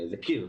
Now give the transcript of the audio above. זה קיר,